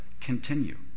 continue